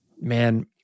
Man